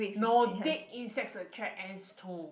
no dead insects attract ants too